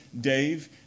Dave